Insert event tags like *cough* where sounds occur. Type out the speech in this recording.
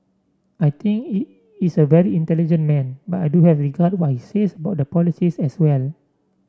I think *unintelligible* is a very intelligent man but I do have regard what he says about the polices as well